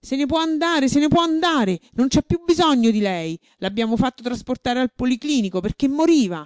se ne può andare se ne può andare non c'è piú bisogno di lei l'abbiamo fatto trasportare al policlinico perché moriva